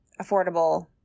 affordable